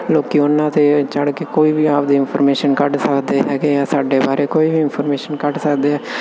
ਲੋਕ ਉਹਨਾਂ ਤੇ ਚੜ੍ਹ ਕੇ ਕੋਈ ਵੀ ਆਪਦੀ ਇਨਫੋਰਮੇਸ਼ਨ ਕੱਢ ਸਕਦੇ ਹੈਗੇ ਆ ਸਾਡੇ ਬਾਰੇ ਕੋਈ ਵੀ ਇਨਫੋਰਮੇਸ਼ਨ ਕੱਢ ਸਕਦੇ ਆ